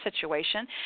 situation